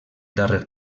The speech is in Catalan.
darrer